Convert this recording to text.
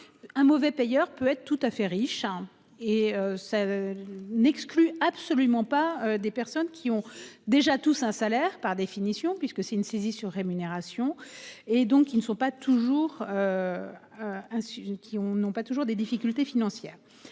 Un mauvais payeur peut être tout à fait riche hein et ça. N'exclut absolument pas des personnes qui ont déjà tous un salaire par définition puisque c'est une saisie sur rémunération et donc ils ne sont pas toujours. Un sujet qui